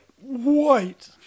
white